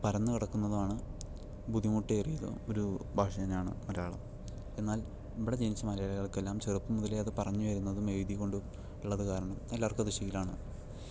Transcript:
പരന്നു കിടക്കുന്നതും ആണ് ബുദ്ധിമുട്ടേറിയതും ഒരു ഭാഷ തന്നെ ആണ് മലയാളം എന്നാൽ ഇവിടെ ജനിച്ച മലയാളികൾക്കെല്ലാം ചെറുപ്പം മുതലേ അത് പറഞ്ഞു വരുന്നതും എഴുതികൊണ്ടും ഉള്ളതു കാരണം എല്ലാവർക്കും അത് ശീലമാണ്